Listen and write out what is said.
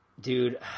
dude